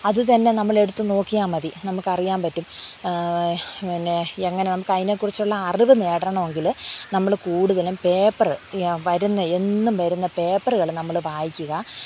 അത് തന്നെ നമ്മളെടുത്ത് നോക്കിയാൽ മതി നമുക്ക് അറിയാൻ പറ്റും പിന്നെ എങ്ങനെ നമുക്ക് അതിനെക്കുറിച്ചുള്ള അറിവ് നേടണമെങ്കിൽ നമ്മൾ കൂടുതലും പേപ്പറ് വരുന്ന എന്നും വരുന്ന പേപ്പറുകൾ നമ്മൾ വായിക്കുക